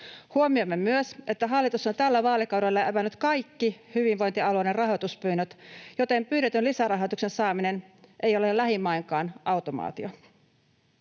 Huomioimme myös, että hallitus on tällä vaalikaudella evännyt kaikki hyvinvointialueiden rahoituspyynnöt, joten pyydetyn lisärahoituksen saaminen ei ole lähimainkaan automaatio.